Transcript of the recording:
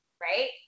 right